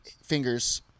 fingers